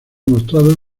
mostrado